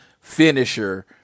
finisher